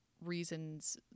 reasons